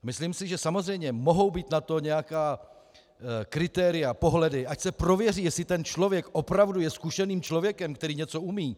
Myslím si, že samozřejmě mohou být na to nějaká kritéria, pohledy, ať se prověří, jestli ten člověk opravdu je zkušeným člověkem, který něco umí.